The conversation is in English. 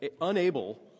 unable